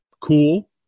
cool